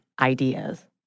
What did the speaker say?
ideas